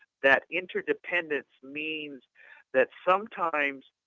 that interdependence means that sometimes